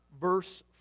verse